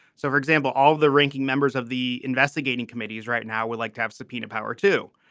so for example all of the ranking members of the investigating committees right now would like to have subpoena power too.